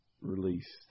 Released